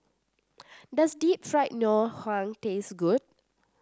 does Deep Fried Ngoh Hiang taste good